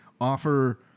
offer